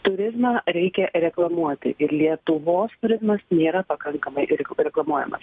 turizmą reikia reklamuoti ir lietuvos turizmas nėra pakankamai reklamuojamas